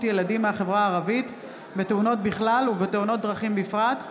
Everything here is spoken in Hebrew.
ילדים מהחברה הערבית בתאונות בכלל ובתאונות דרכים בפרט;